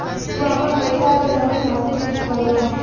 तू आपन पइसा एक समय खातिर फिक्स करला